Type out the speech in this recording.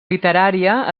literària